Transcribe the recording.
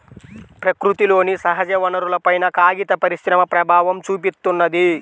ప్రకృతిలోని సహజవనరులపైన కాగిత పరిశ్రమ ప్రభావం చూపిత్తున్నది